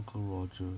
uncle roger